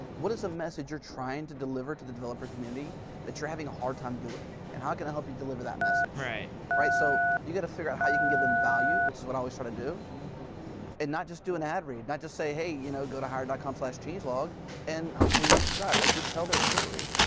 what is the message you're trying to deliver to the developer community that you're having a hard time doing and how can i help you deliver that message? right right so, you've got to figure how you can give them value, which is what always trying to do and not just do an ad read, not just say, hey, you know, go to hire dot com changelog and hopefully you subscribe. like you tell their story,